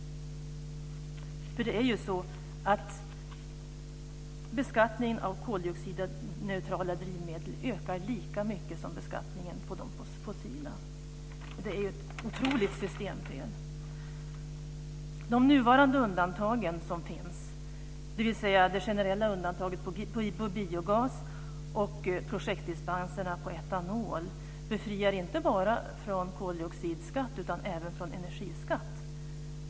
För det är ju så: Beskattningen av koldioxidneutrala drivmedel ökar lika mycket som beskattningen på de fossila. Det är ett otroligt systemfel! De nuvarande undantagen, dvs. det generella undantaget för biogas och projektdispenserna för etanol, befriar inte bara från koldioxidskatt utan även från energiskatt.